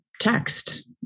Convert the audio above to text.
text